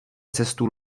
cestu